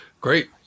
Great